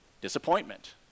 disappointment